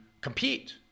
compete